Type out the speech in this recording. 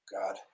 God